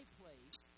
place